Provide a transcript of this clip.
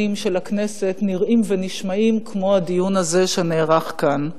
של הכנסת נראים ונשמעים כמו הדיון הזה שנערך כאן.